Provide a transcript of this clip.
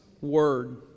Word